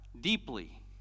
deeply